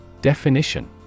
Definition